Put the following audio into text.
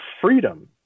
freedom